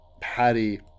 Patty